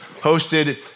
hosted